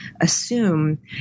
assume